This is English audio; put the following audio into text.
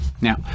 Now